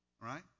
right